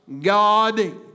God